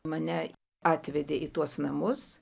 mane atvedė į tuos namus